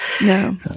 No